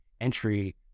entry